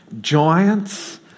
Giants